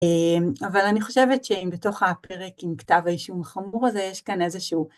אבל אני חושבת שאם בתוך הפרק עם כתב האישום החמור הזה יש כאן איזשהו...